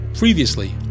Previously